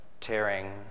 tearing